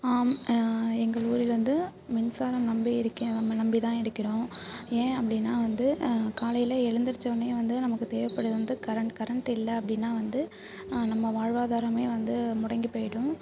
ஆம் எங்கள் ஊரில் வந்து மின்சாரம் நம்பி இருக்கி நம்ம நம்பி தான் இருக்கிறோம் ஏன் அப்படின்னா வந்து காலையில் எழுந்துரிச்சவொடனே வந்து நமக்கு தேவைப்படுவது வந்து கரெண்ட் கரெண்ட் இல்லை அப்படின்னா வந்து நம்ம வாழ்வாதாரமே வந்து முடங்கி போயிடும்